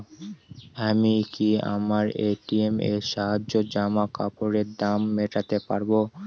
আমি কি আমার এ.টি.এম এর সাহায্যে জামাকাপরের দাম মেটাতে পারব?